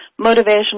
motivational